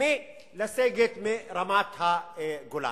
מלסגת מרמת-הגולן.